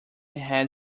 had